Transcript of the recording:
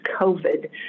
COVID